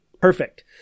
perfect